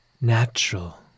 natural